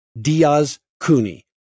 Diaz-Cooney